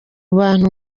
bantu